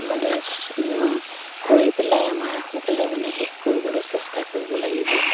মানে কৰি পেলাই আমাৰ সোনকালে মানে শেষ কৰিবলৈ চেষ্টা কৰিব লাগিব